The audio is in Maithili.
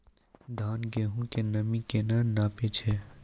धान, गेहूँ के नमी केना नापै छै?